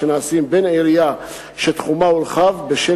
שנעשים בין עירייה שתחומה הורחב בשל